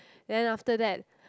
then after that